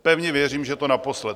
Pevně věřím, že je to naposled.